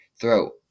throat